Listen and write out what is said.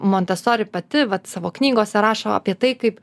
montesori pati vat savo knygose rašo apie tai kaip